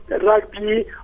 rugby